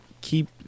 keep